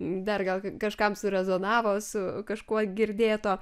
dar gal kažkam surezonavo su kažkuo girdėto